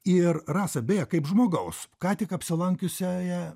ir rasa beje kaip žmogaus ką tik apsilankiusioje